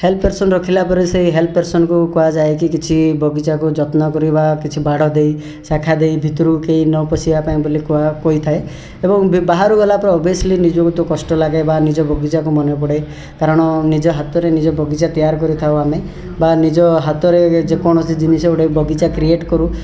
help person ରଖିଲା ପରେ ସେ ହେଲ୍ପ ପର୍ସନ୍କୁ କୁହାଯାଏ କି କିଛି ବାଗିଚାକୁ ଯତ୍ନ କରିବା କିଛି ବାଡ଼ ଦେଇ ଶାଖା ଦେଇ ଭିତରୁକୁ କେହି ନ ପଶିବା ପାଇଁ ବି ବୋଲି କହିଥାଏ ଏବଂ ବି ବାହାରୁ ଗଲାପରେ ଓବିଅସଲି ନିଜକୁ ତ କଷ୍ଟ ଲାଗେ ବା ନିଜ ବଗିଚାକୁ ମନେପଡ଼େ କାରଣ ନିଜ ହାତରେ ନିଜ ବଗିଚା ତିଆରି କରିଥାଉ ଆମେ ବା ନିଜ ହାତରେ ଯେ କୌଣସି ଜିନିଷ ଗୋଟେ ବଗିଚା କ୍ରିଏଟ୍ କରୁ